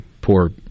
poor